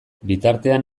bitartean